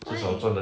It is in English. why